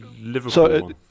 Liverpool